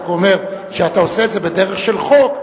רק הוא אומר: כשאתה עושה את זה בדרך של חוק,